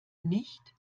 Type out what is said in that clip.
nicht